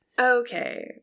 Okay